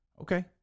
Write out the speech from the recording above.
Okay